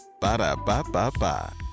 Ba-da-ba-ba-ba